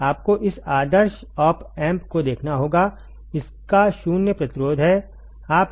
आपको इस आदर्श ऑप एम्प को देखना होगा इसका शून्य प्रतिरोध है आप यहां देख सकते हैं